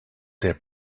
their